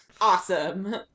Awesome